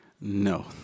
No